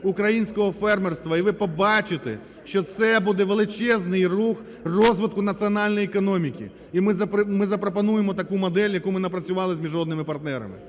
українського фермерства, і ви побачите, що це буде величезний рух розвитку національної економіки, і ми запропонуємо таку модель, яку ми запропонували з міжнародними партнерами;